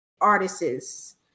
artists